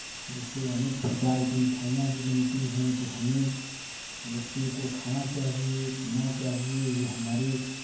जिसे अनेक प्रकार की मिठाइयां भी बनती है तो हमें लस्सी को खाना चाहिए पीना चाहिए ये हमारे